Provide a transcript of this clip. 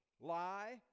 lie